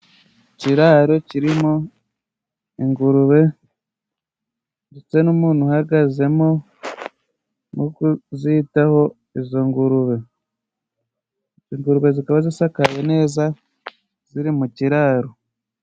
Ikiraro kirimo ingurube ndetse n'umuntu uhagazemo, arimo kuzitaho izo ngurube zisa, ziri mu kiraro.